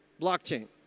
blockchain